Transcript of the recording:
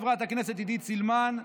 חברת הכנסת עידית סילמן,